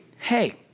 hey